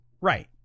Right